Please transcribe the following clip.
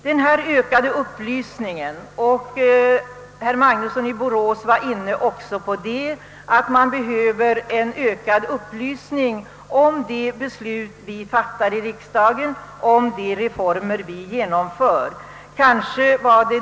Vi behöver ökad upplysning — herr Magnusson i Borås var också inne på behovet härav ehuru kanske från andra utgångspunkter — om de beslut vi fattar i riksdagen och om de reformer vi genomför.